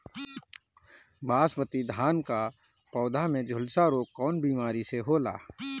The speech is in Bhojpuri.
बासमती धान क पौधा में झुलसा रोग कौन बिमारी से होला?